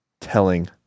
Telling